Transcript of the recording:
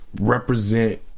represent